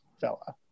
fella